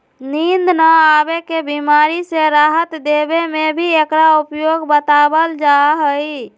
नींद न आवे के बीमारी से राहत देवे में भी एकरा उपयोग बतलावल जाहई